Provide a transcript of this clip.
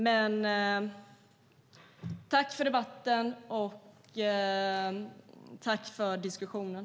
Jag tackar för debatten och diskussionen!